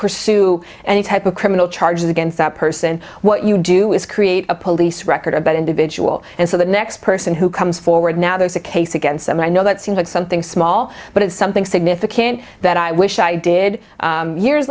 pursue any type of criminal charges against that person what you do is create a police record about individual and so the next person who comes forward now there's a case against them i know that seems like something small but it's something significant that i wish i did years